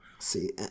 See